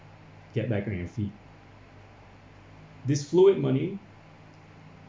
get back on your feet this fluid money